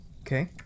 Okay